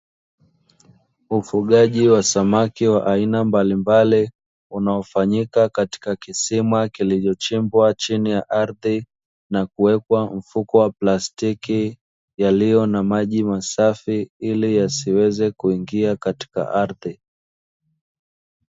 Ufuaji wa samaki wa aina mbalimbali unaofanyika katika kisima, kilichochimbwa chini ya ardhi na kuwekwa mfuko wa plastiki yaliyo na maji masafi ili yasiweze kuingia katika ardhi.